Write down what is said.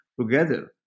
together